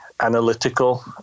analytical